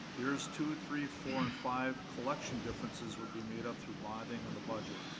years two, three, four, and five collection differences would be made up through bonding and the budget.